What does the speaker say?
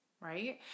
Right